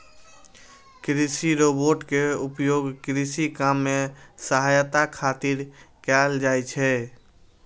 कृषि रोबोट के उपयोग कृषि काम मे सहायता खातिर कैल जाइ छै